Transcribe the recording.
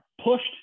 pushed